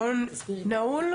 מעון נעול?